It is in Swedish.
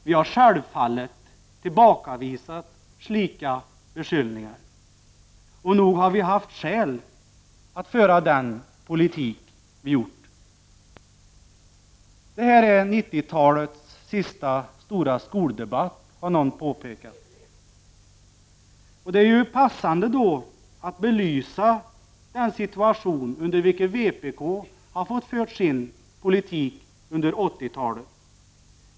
Vi har självfallet tillbakavisat slika beskyllningar, och nog har vi haft skäl för den politik som vi har fört. Någon har påpekat att det här är 80-talets sista stora skoldebatt, och det är då passande att belysa den situation i vilken vpk har fått föra sin politik under 80-talet.